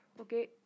okay